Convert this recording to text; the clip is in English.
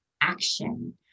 action